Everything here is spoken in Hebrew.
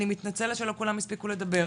אני מתנצלת שלא כולם הספיקו לדבר,